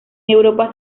europa